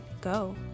go